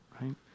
right